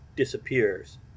disappears